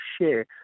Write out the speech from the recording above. share